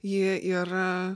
jie yra